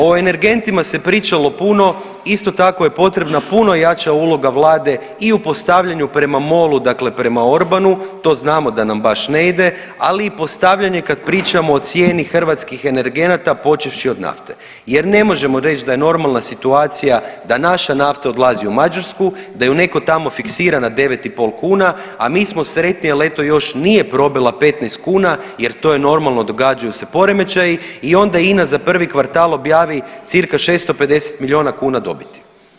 O energentima se pričalo puno, isto tako je potrebna puno jača uloga vlade i u postavljanju prema MOL-u dakle prema Orbanu, to znamo da nam baš ne ide, ali i postavljanje kad pričamo o cijeni hrvatskih energenata počevši od nafte jer ne možemo reći da je normalna situacija naša nafta odlazi u Mađarsku, da ju neko tamo fiksira na 9,5 kuna, a mi smo sretni jel eto još nije probila 15,00 kuna jer to je normalno događaju se poremećaji i onda INA za prvi kvartal objavi cca 650 milijuna kuna dobiti.